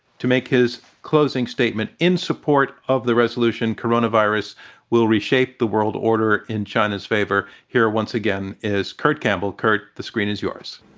to make his closing statement in support of the resolution, coronavirus will reshape the world order in china's favor, here, once again, is kurt campbell. kurt, the screen is yours.